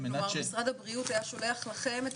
כלומר משרד הבריאות היה שולח לכם את